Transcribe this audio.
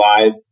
live